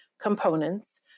components